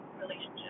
relationship